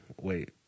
Wait